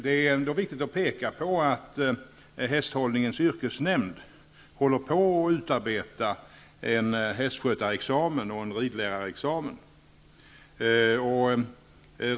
Det är viktigt att peka på att Hästhållningens yrkesnämnd håller på att utarbeta en hästskötaroch ridlärarexamen.